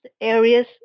areas